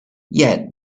yet